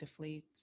deflates